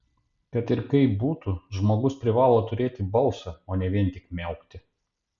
kad ir kaip būtų žmogus privalo turėti balsą o ne vien tik miaukti